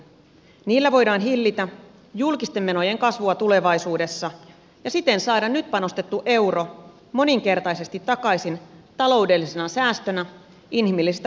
niillä voidaan hillitä julkisten menojen kasvua tulevaisuudessa ja siten saada nyt panostettu euro moninkertaisesti takaisin taloudellisena säästönä inhimillisestä puolesta puhumattakaan